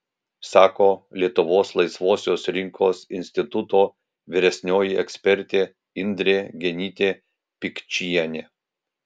sako lietuvos laisvosios rinkos instituto vyresnioji ekspertė indrė genytė pikčienė